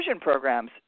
programs